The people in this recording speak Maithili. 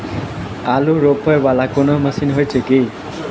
आलु रोपा वला कोनो मशीन हो छैय की?